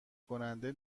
کننده